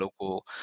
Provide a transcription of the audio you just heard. local